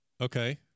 Okay